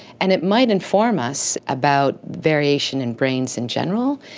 and it might inform us about variation in brains in general,